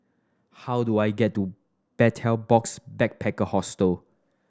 how do I get to Betel Box Backpacker Hostel